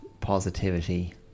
positivity